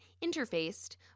interfaced